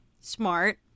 smart